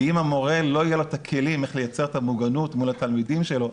ואם למורה לא יהיו את הכלים איך לייצר את המוגנות מול התלמידים שלו,